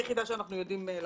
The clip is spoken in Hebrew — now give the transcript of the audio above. שאנחנו יודעים.